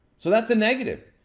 so, that's a negative.